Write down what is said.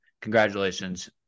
Congratulations